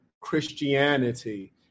Christianity